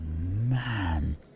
man